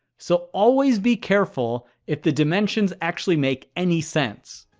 so always be careful if the dimensions actually make any sense.